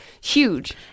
huge